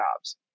jobs